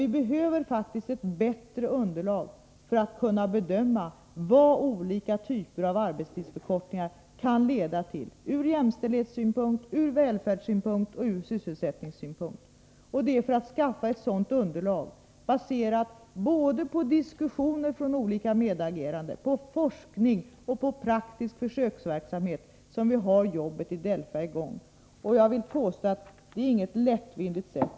Vi behöver faktiskt ett bättre underlag för att kunna bedöma vad olika typer av arbetstidsförkortningar kan leda till ur jämställdhetssynpunkt, ur välfärdssynpunkt och ur sysselsättningssynpunkt. Det är för att skaffa ett sådant underlag baserat på diskussioner bland olika medagerande, på forskning och på praktisk försöksverksamhet som vi har DELFA. Jag vill påstå att vi inte tar den här frågan lättvindigt.